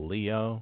Leo